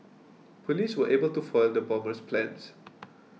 police were able to foil the bomber's plans